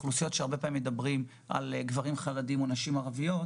כי מדובר במידה רבה על גברים חרדים או נשים ערביות,